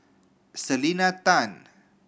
Selena Tan